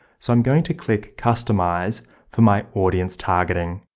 so i'm going to click customize for my audience targeting.